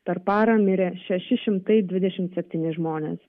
per parą mirė šeši šimtai dvidešimt septyni žmonės